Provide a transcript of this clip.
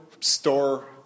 store